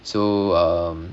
so um